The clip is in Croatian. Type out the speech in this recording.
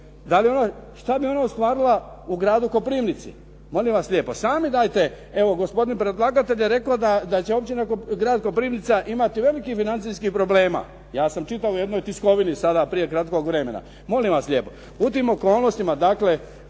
Što bi ona ostvarila u gradu Koprivnici, molim vas lijepo. Sami dajte. Evo gospodin predlagatelj je rekao da će grad Koprivnica imati velikih financijskih problema. Ja sam čitao u jednoj tiskovini sada prije kratkog vremena. Molim vas lijepo, u tim okolnostima dakle